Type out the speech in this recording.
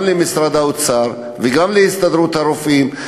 גם למשרד האוצר וגם להסתדרות הרפואית: